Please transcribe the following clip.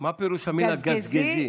--- מה פירוש המילה גזגזי?